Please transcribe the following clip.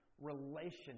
relationship